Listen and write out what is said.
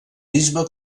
bisbe